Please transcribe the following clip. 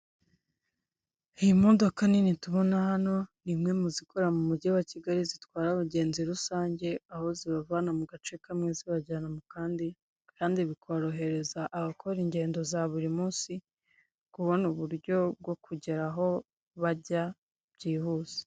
Iyi modoka Nini tubona hano n'imwe mu mugi wa Kigali zitwara abagenzi rusange aho zibavana mu gace kamwe zubajyana mukandi. Kandi bikorohereza ahakora igendo za buri munsi kubona uburyo byo kugera aho bajya byihuse.